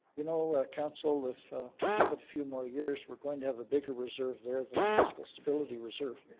you know, council, if we give it a few more years we're going to have a bigger reserve there than the fiscal stability reserve.